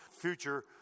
future